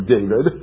David